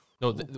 No